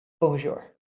bonjour